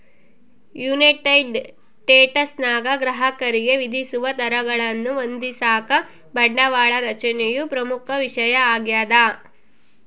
United ಸ್ಟೇಟ್ಸ್ನಾಗ ಗ್ರಾಹಕರಿಗೆ ವಿಧಿಸುವ ದರಗಳನ್ನು ಹೊಂದಿಸಾಕ ಬಂಡವಾಳ ರಚನೆಯು ಪ್ರಮುಖ ವಿಷಯ ಆಗ್ಯದ